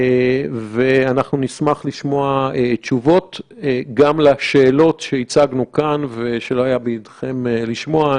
ואנחנו נשמח לשמוע גם תשובות לשאלות שהצגנו כאן ושלא היה בידכם לשמוע.